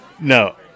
No